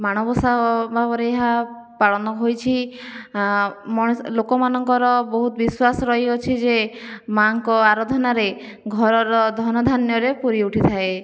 ମାଣବସା ଭାବରେ ଏହା ପାଳନ ହୋଇଛି ମଣିଷ ଲୋକମାନଙ୍କର ବହୁତ ବିଶ୍ୱାସ ରହିଅଛି ଯେ ମାଆଙ୍କ ଆରାଧନାରେ ଘର ଧନଧାନ୍ୟରେ ପୂରି ଉଠିଥାଏ